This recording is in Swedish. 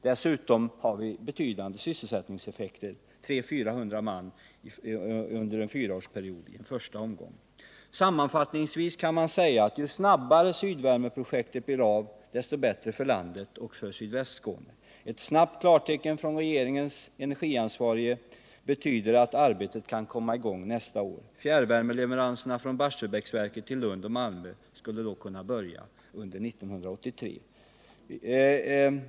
Dessutom har vi betydande sysselsättningseffekter—-i en första omgång 300-400 man under en fyraårsperiod. Sammanfattningsvis kan man säga att ju snabbare Sydvärmeprojektet blir av, desto bättre för landet och för sydvästra Skåne. Ett snabbt klartecken från regeringens energiansvarige betyder att arbetet kan komma i gång nästa år. Fjärrvärmeleveranserna från Barsebäcksverket till Lund och Malmö skulle då kunna börja under 1983.